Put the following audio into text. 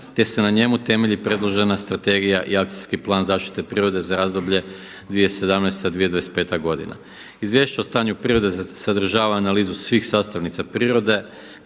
gdje se na njemu temelji predložena strategija i Akcijski plan zaštite prirode za razdoblje 2017.-2025. godina. Izvješće o stanju prirode sadržava analizu svih sastavnica prirode,